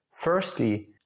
Firstly